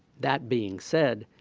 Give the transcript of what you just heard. that being said,